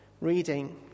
reading